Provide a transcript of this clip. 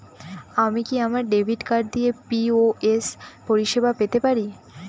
আমি কি আমার ডেবিট কার্ড দিয়ে পি.ও.এস পরিষেবা পেতে পারি?